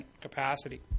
capacity